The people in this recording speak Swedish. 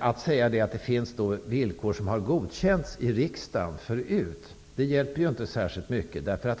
Att säga att det finns villkor som har godkänts i riksdagen förut hjälper inte särskilt mycket.